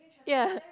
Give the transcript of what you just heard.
ya